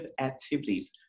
activities